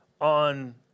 on